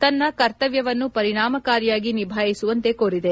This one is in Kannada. ತನ್ನ ಕರ್ತವ್ಯವನ್ನು ಪರಿಣಾಮಕಾರಿಯಾಗಿ ನಿಭಾಯಿಸುವಂತೆ ಕೋರಿದೆ